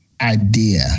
idea